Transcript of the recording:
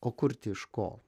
o kurti iš ko